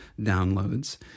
downloads